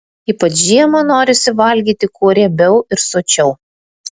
ypač žiemą norisi valgyti kuo riebiau ir sočiau